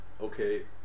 Okay